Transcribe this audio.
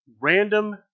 random